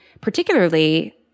particularly